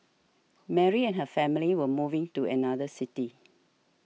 Mary and her family were moving to another city